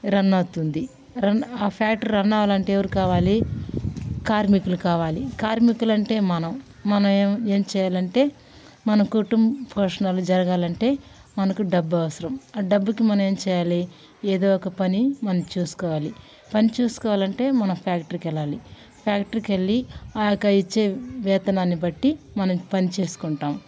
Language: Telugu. రన్ అవుతుంది రన్ ఆ ఫ్యాక్టరీ రన్ అవ్వాలంటే ఎవరు కావాలి కార్మికులు కావాలి కార్మికులు అంటే మనం ఏం చేయాలంటే మన కుటుంబ పోషణలు జరగాలంటే మనకు డబ్బు అవసరం ఆ డబ్బుకి మనం ఏం చేయాలి ఏదో ఒక పని మనం చూసుకోవాలి పని చూసుకోవాలంటే మన ఫ్యాక్టరీకి వెళ్ళాలి ఫ్యాక్టరీకి వెళ్ళి ఆ యొక్క ఇచ్చే వేతనాన్ని బట్టి మనము పని చేసుకుంటాం